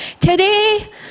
today